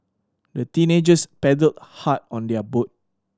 the teenagers paddled hard on their boat